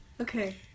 Okay